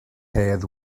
hedd